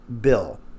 bill